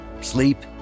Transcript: sleep